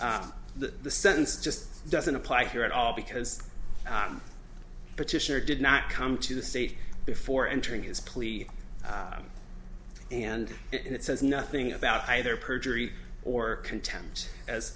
that the sentence just doesn't apply here at all because petitioner did not come to the state before entering his plea and it says nothing about either perjury or contempt as